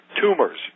tumors